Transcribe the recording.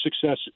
success